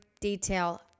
detail